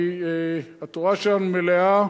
התורה שלנו מלאה